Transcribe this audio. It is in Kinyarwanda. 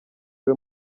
iwe